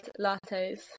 lattes